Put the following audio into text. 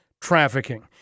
trafficking